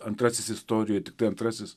antrasis istorijoje tiktai antrasis